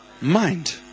mind